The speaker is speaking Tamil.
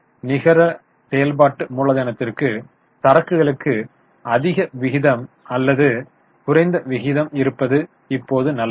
நிகர செயல்பாட்டு மூலதனத்திற்கு சரக்குகளுக்கு அதிக விகிதம் அல்லது குறைந்த விகிதம் இருப்பது இப்போது நல்லதா